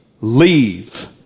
leave